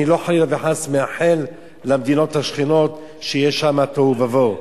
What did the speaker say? אני לא מאחל חלילה וחס למדינות השכנות שיהיה שם תוהו ובוהו.